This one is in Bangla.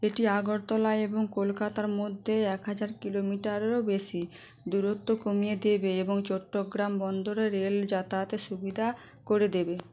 এটি আগরতলা এবং কলকাতার মধ্যে এক হাজার কিলোমিটারেরও বেশি দূরত্ব কমিয়ে দেবে এবং চট্টগ্রাম বন্দরে রেল যাতায়াতের সুবিধা করে দেবে